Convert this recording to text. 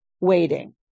waiting